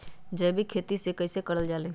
जैविक खेती कई से करल जाले?